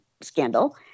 scandal